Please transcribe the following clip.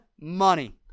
money